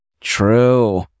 true